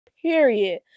period